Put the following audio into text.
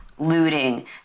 Looting